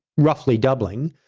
roughly doubling.